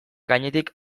gainetik